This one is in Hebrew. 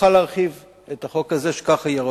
נוכל להרחיב את החוק הזה שכך יהיה.